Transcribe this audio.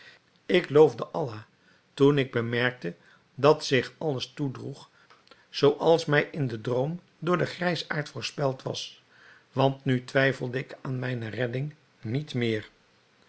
ik loofde allah toen ik bemerkte dat zich alles toedroeg zooals mij in den droom door den grijsaard voorspeld was want nu twijfelde ik aan mijne redding niet meer